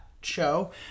show